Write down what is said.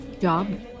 job